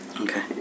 Okay